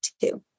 two